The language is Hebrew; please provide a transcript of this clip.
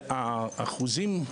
והאחוזים,